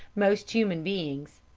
most human beings.